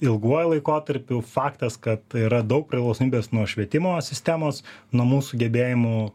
ilguoju laikotarpiu faktas kad yra daug priklausomybės nuo švietimo sistemos nuo mūsų gebėjimų